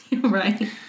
Right